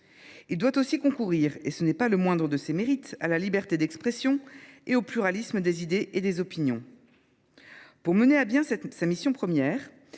Il doit aussi concourir, et ce n’est pas le moindre de ses mérites, à la liberté d’expression et au pluralisme des idées et des opinions. Pour mener à bien sa mission première,